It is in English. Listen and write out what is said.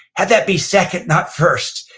have that be second not first.